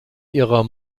ihrer